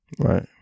right